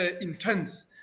intense